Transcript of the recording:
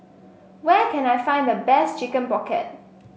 where can I find the best Chicken Pocket